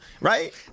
right